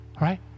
right